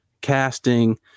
casting